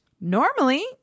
Normally